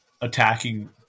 attacking